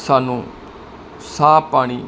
ਸਾਨੂੰ ਸਾਫ ਪਾਣੀ